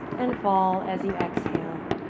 and fall as you exhale.